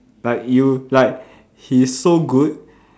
but you like he's so good